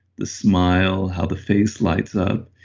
the smile, how the face lights up.